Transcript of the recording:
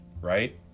right